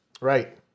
Right